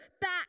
back